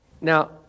Now